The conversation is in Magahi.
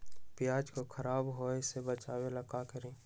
प्याज को खराब होय से बचाव ला का करी?